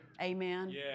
Amen